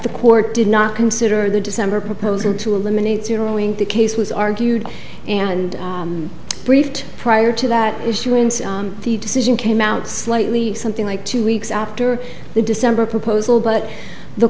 court did not consider the december proposal to eliminate zeroing the case was argued and briefed prior to that issue and the decision came out slightly something like two weeks after the december proposal but the